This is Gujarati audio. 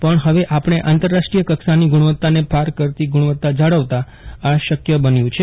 પરંતુ હવે આપણે આંતરરાષ્ટ્રીય કક્ષાની ગુણવત્તાને પાર કરતી ગુણવત્તા જાળવતા આ શક્ય બન્યું છે